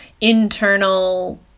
internal